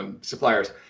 suppliers